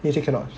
they say cannot